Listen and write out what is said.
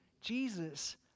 Jesus